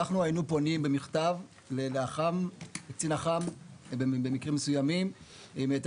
אנחנו היינו פונים במכתב לקצין אח"מ במקרים מסוימים עם העתק